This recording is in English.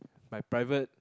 my private